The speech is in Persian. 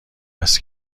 است